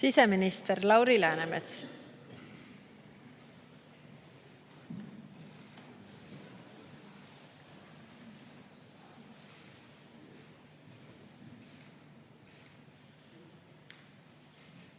Siseminister Lauri Läänemets.